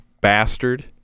bastard